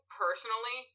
personally